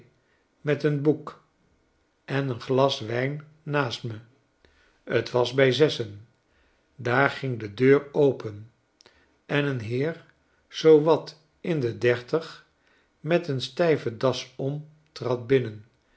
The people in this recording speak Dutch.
met een boek en een glas wijn naast me t was bij zessen daar ging de deur open en een heer zoo wat indedertig met een stijve das om trad binnen